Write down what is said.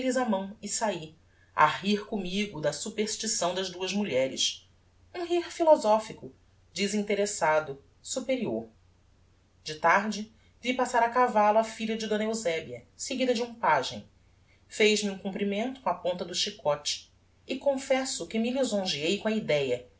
a mão e saí a rir commigo da superstição das duas mulheres um rir philosophico desinteressado superior de tarde vi passar a cavallo afilha de d eusebia seguida de um pagem fez-me um comprimento com a ponta do chicote e confesso que me lisongeei com a idéa